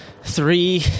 three